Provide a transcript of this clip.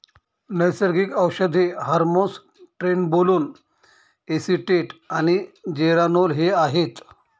नैसर्गिक औषधे hormones trenbolone acetate आणि जेरानोल हे आहेत